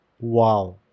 Wow